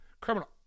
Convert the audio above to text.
Criminal